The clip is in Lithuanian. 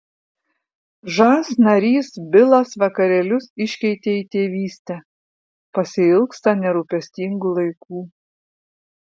žas narys bilas vakarėlius iškeitė į tėvystę pasiilgsta nerūpestingų laikų